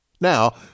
Now